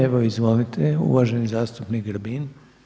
Evo izvolite uvaženi zastupnik Grbin.